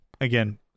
again